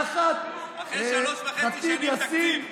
אחרי שלוש וחצי שנים, תקציב.